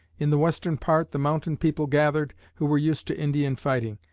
in the western part, the mountain people gathered, who were used to indian fighting.